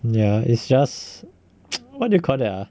ya it's just what do you call that ah